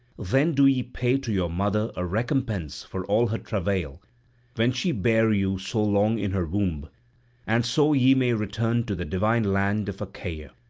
then do ye pay to your mother a recompense for all her travail when she bare you so long in her womb and so ye may return to the divine land of achaea.